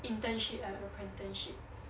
internship and apprenticeship